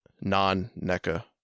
non-NECA